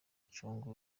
gucunga